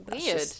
weird